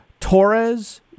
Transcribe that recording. Torres